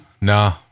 No